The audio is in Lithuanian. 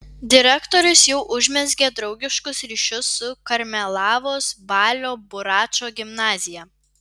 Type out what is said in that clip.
direktorius jau užmezgė draugiškus ryšius su karmėlavos balio buračo gimnazija